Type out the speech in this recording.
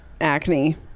acne